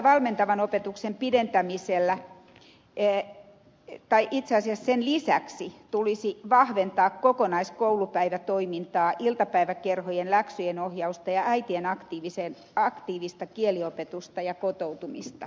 valmentavan opetuksen pidentämisen lisäksi tulisi vahventaa kokonaiskoulupäivätoimintaa iltapäiväkerhojen läksyjen ohjausta ja äitien aktiivista kieliopetusta ja kotoutumista